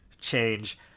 change